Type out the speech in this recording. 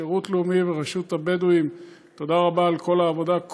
שירות לאומי ורשות הבדואים תודה רבה על כל העבודה,